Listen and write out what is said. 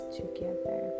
together